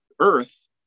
earth